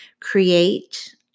create